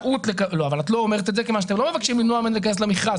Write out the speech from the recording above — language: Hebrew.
אבל את לא אומרת את זה כיוון שאתם לא מבקשים למנוע ממנה להיכנס למכרז.